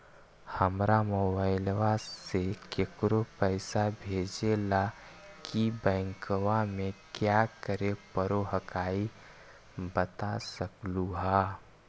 हमरा मोबाइलवा से केकरो पैसा भेजे ला की बैंकवा में क्या करे परो हकाई बता सकलुहा?